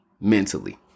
mentally